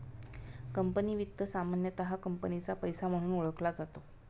company वित्त सामान्यतः कंपनीचा पैसा म्हणून ओळखला जातो